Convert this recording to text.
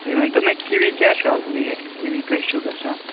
تُہۍ ؤنۍتو مےٚ کِوی کیٛاہ چھُ آز ریٹ کِوی کٔہہِ چھُو گژھان